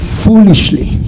foolishly